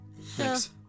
Thanks